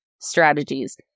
strategies